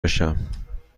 بشم